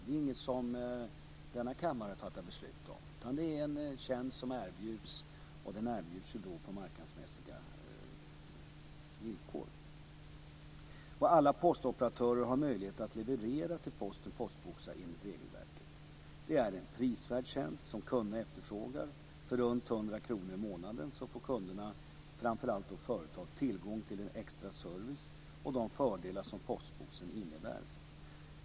Det är inget som denna kammare fattar beslut om. Det är en tjänst som erbjuds, och den erbjuds på marknadsmässiga villkor. Alla postoperatörer har möjlighet att leverera till postboxar enligt regelverket. Det är en prisvärd tjänst, som kunderna efterfrågar. För runt 100 kr i månaden får kunderna, framför allt företag, tillgång till en extra service och de fördelar som postboxen innebär.